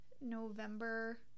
November